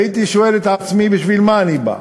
הייתי שואל את עצמי, בשביל מה אני בא?